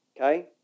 okay